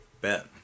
bet